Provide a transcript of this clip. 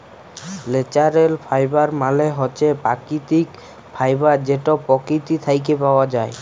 ল্যাচারেল ফাইবার মালে হছে পাকিতিক ফাইবার যেট পকিতি থ্যাইকে পাউয়া যায়